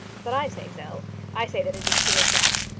but i say so i say that is too exact.